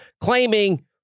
claiming